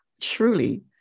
truly